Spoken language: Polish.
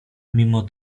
mimo